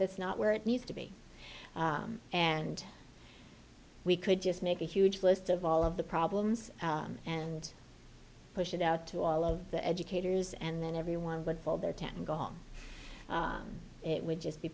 that's not where it needs to be and we could just make a huge list of all of the problems and push it out to all of the educators and then everyone would fold their tent and go home it would just be